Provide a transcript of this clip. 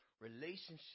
relationship